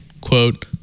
quote